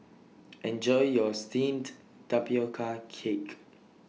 Enjoy your Steamed Tapioca Cake